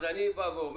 אז אני אומר: